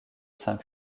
saint